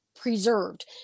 preserved